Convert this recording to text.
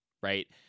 right